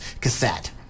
cassette